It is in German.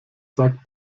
sagt